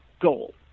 goal